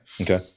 Okay